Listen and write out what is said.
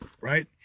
right